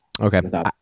Okay